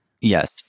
Yes